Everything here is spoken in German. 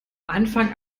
anfang